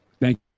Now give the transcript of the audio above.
thank